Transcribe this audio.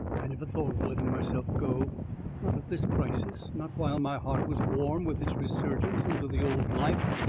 i never thought of letting myself go not at this crisis not while my heart was warm with its resurgence into the old life.